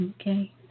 Okay